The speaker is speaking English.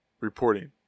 reporting